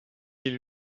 est